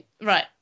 right